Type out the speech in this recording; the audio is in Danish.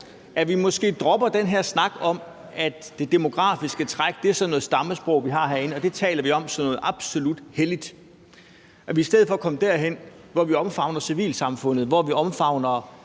at vi måske dropper den her snak om det demografiske træk – det er sådan noget stammesprog, vi har herinde, og det taler vi om som noget absolut helligt – og at vi i stedet for kommer derhen, hvor vi omfavner civilsamfundet; hvor vi omfavner